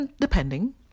depending